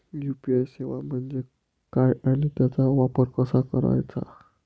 UPI सेवा म्हणजे काय आणि त्याचा वापर कसा करायचा?